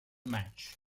match